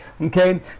Okay